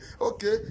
Okay